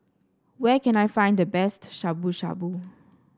where can I find the best Shabu Shabu